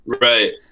Right